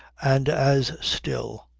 and as still,